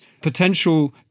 potential